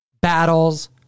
battles